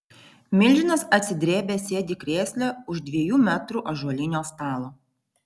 milžinas atsidrėbęs sėdi krėsle už dviejų metrų ąžuolinio stalo